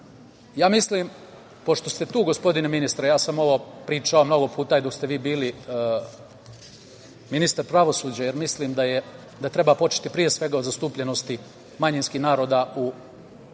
plan. Mislim, pošto ste tu, gospodine ministre, ja sam ovo pričao mnogo puta i dok ste vi bili ministar pravosuđa, jer mislim da treba početi, pre svega, od zastupljenosti manjinskih naroda u